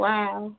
Wow